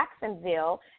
Jacksonville